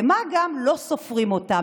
ומה גם, לא סופרים אותם.